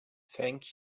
thank